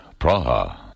Praha